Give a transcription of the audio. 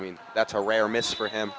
i mean that's a rare miss for him